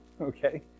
Okay